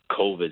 COVID